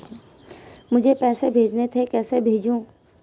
मुझे पैसे भेजने थे कैसे भेजूँ?